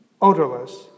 odorless